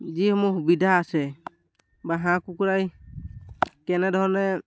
যিসমূহ সুবিধা আছে বা হাঁহ কুকুৰাই কেনেধৰণে